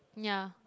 ya